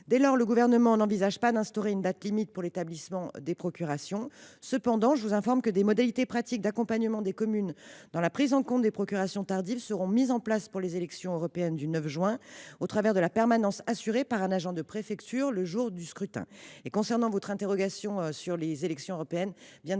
Dès lors, le Gouvernement n’envisage pas d’imposer une date limite pour l’établissement des procurations. Cependant, des modalités pratiques d’accompagnement des communes dans la prise en compte des procurations tardives seront mises en place pour les élections européennes du 9 juin prochain, au travers d’une permanence assurée par un agent de préfecture le jour du scrutin.